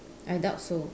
I doubt so